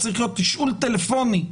צריך להיות תשאול טלפוני,